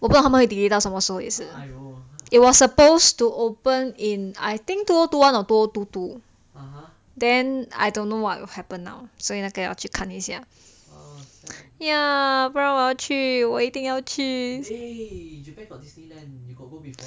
我不知道他们我会 delay 到什么时候也是 it was supposed to open in I think two O two one or two O two two then I don't know what will happen now 所以那个要去看一下 ya 不然我要去我一定要去